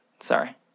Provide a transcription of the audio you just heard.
Sorry